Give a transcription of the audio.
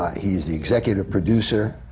he is the executive producer,